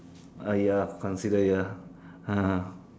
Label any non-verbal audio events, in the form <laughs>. uh ya consider ya <laughs>